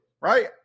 right